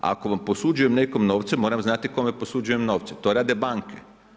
Ako posuđujem nekom novce moram znati kome posuđujem novce, to rade banke.